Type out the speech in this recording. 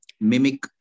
mimic